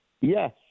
Yes